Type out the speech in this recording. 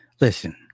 Listen